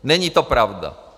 Není to pravda.